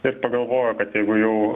ir pagalvojo kad jeigu jau